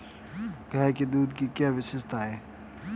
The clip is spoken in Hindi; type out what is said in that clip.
गाय के दूध की क्या विशेषता है?